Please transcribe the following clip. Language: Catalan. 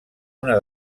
una